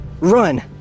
Run